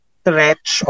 stretch